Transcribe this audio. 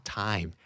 time